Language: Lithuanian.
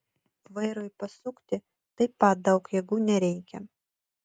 vairui pasukti taip pat daug jėgų nereikia